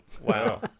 wow